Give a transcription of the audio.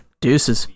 Deuces